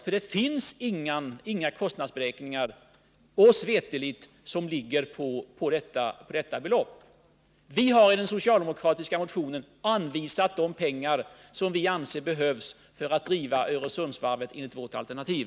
Oss veterligt finns inte några kostnadsberäkningar som ligger bakom detta belopp. Vi har i den socialdemokratiska motionen anvisat de pengar som behövs för att driva Öresundsvarvet enligt vårt alternativ.